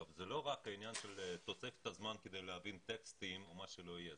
זה לא רק העניין של תוספת הזמן כדי להבין טקסטים או מה שלא יהיה,